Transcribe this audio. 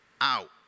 out